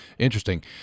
Interesting